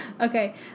Okay